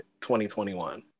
2021